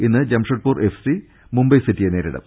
ഇന്ന് Jamshedpur F C Mumbai സിറ്റിയെ നേരിടും